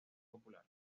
popular